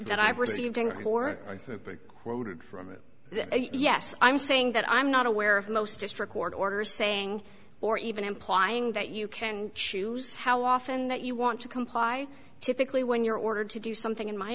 that i've received or quoted from yes i'm saying that i'm not aware of most district court orders saying or even implying that you can choose how often that you want to comply typically when you're ordered to do something in my